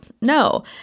No